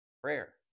Prayer